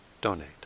donate